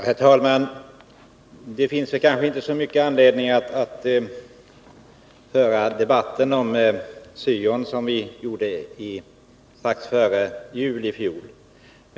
Herr talman! Det finns kanske inte så stor anledning att på nytt föra den debatt om syon som vi hade strax före jul i fjol.